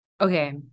Okay